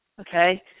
okay